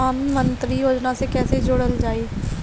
प्रधानमंत्री योजना से कैसे जुड़ल जाइ?